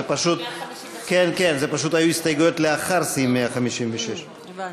פשוט היו הסתייגויות לאחר סעיף 156. הבנתי.